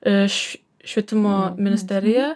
iš švietimo ministerija